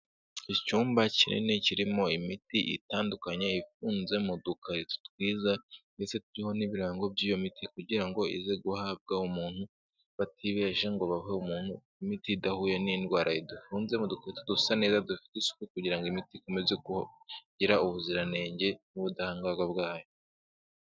Icyumba kinini kirimo imiti itandukanye ifunze mu dukarito twiza ndetse turiho n'ibirango by'iyo miti kugira ngo ize guhabwa umuntu batibeje ngo bahe imiti idahuye n'indwara ye, dufunze mu dukarito dusa neza dufite isuku, kugira ngo imiti ikomeze kugira ubuziranenge n'ubudahangarwa bwayo.